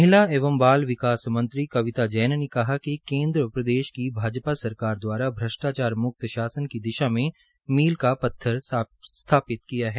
महिला एवं वाल विकास मंत्री कविता जैन ने कहा है कि केन्द्र सरकार की भाजपा सरकार दवारा भ्रष्टाचार मुक्त शासन की दिशा में मील का पत्थर साबित किया गया है